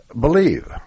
believe